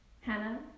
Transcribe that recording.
Hannah